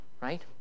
right